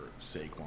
Saquon